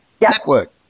network